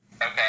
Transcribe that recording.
Okay